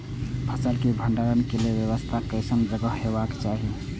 फसल के भंडारण के व्यवस्था केसन जगह हेबाक चाही?